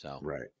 Right